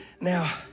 Now